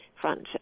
front